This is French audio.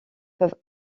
peuvent